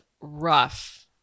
rough